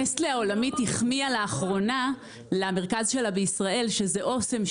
נסטלה העולמית החמיאה לאחרונה למרכז שלה בישראל שזה אוסם,